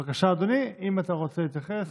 בבקשה, אדוני, אם אתה רוצה להתייחס.